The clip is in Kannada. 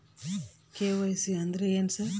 ಕೆ.ವೈ.ಸಿ ಅಂದ್ರೇನು ಸರ್?